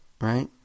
right